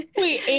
wait